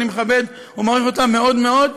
ואני מכבד ומעריך אותם מאוד מאוד,